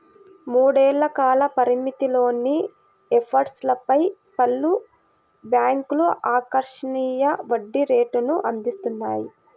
మూడేళ్ల కాల పరిమితిలోని ఎఫ్డీలపై పలు బ్యాంక్లు ఆకర్షణీయ వడ్డీ రేటును అందిస్తున్నాయి